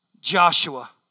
Joshua